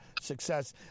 success